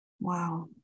wow